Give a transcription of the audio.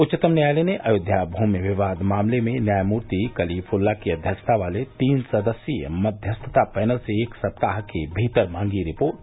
उच्चतम न्यायालय ने अयोध्या भूमि विवाद मामले में न्यायमूर्ति कलीफुल्ला की अध्यक्षता वाले तीन सदस्यीय मध्यस्थता पैनल से एक सप्ताह के भीतर मांगी रिपोर्ट